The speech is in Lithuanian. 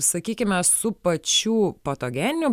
sakykime su pačių patogeninių